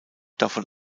davon